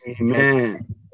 Amen